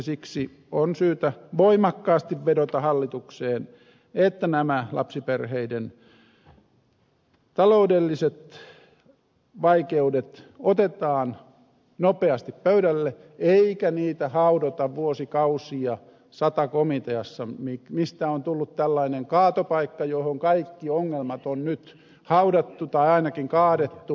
siksi on syytä voimakkaasti vedota hallitukseen että nämä lapsiperheiden taloudelliset vaikeudet otetaan nopeasti pöydälle eikä niitä haudota vuosikausia sata komiteassa mistä on tullut tällainen kaatopaikka johon kaikki ongelmat on nyt haudattu tai ainakin kaadettu